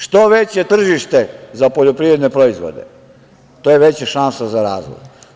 Što veće tržište za poljoprivredne proizvode to je veća šansa za razvoj.